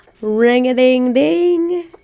Ring-a-ding-ding